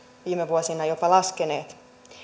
viime vuosina jopa laskeneet